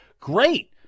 Great